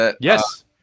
Yes